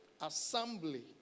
assembly